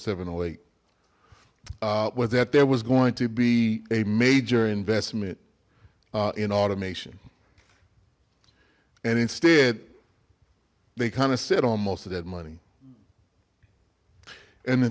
seven or eight was that there was going to be a major investment in automation and instead they kind of sit on most of that money and the